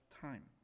time